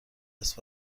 است